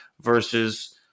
versus